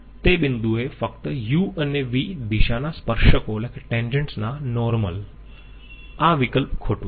તે બિંદુએ ફક્ત u અને v દિશાના સ્પર્શકો ના નોર્મલ આ વિકલ્પ ખોટું છે